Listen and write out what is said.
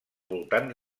voltants